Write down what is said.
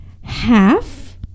half